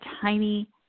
tiny